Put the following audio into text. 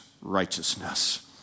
righteousness